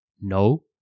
no